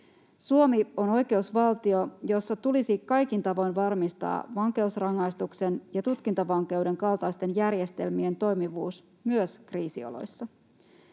Suomi on oikeusvaltio, jossa tulisi kaikin tavoin varmistaa vankeusrangaistuksen ja tutkintavankeuden kaltaisten järjestelmien toimivuus myös kriisioloissa.